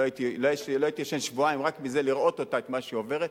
לא הייתי ישן שבועיים רק מלראות את מה שהיא עוברת,